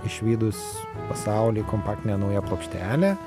išvydus pasaulį kompaktinė plokštelė